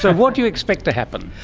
so what do you expect to happen?